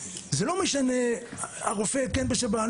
זה לא משנה הרופא כן בשב"ן,